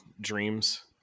dreams